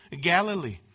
Galilee